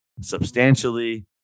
substantially